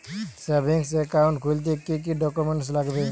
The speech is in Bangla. সেভিংস একাউন্ট খুলতে কি কি ডকুমেন্টস লাগবে?